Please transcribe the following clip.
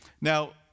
Now